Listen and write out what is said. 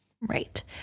Right